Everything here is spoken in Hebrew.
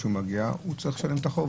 כשהוא מגיע הוא צריך לשלם את החוב,